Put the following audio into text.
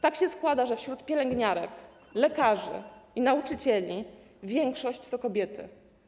Tak się składa, że wśród pielęgniarek, lekarzy i nauczycieli większość to kobiety.